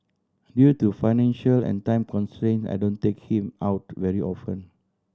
due to financial and time constraints I don't take him out very often